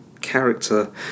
character